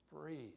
breathe